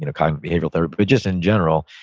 you know kind of behavioral therapy just in general,